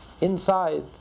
inside